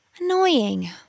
Annoying